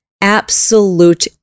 absolute